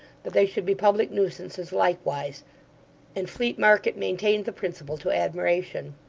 that they should be public nuisances likewise and fleet market maintained the principle to admiration.